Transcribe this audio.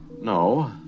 No